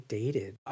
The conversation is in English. dated